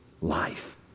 life